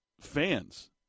fans